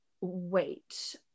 Wait